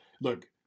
look